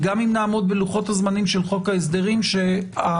וגם אם נעמוד בלוחות הזמנים של חוק ההסדרים שהפרק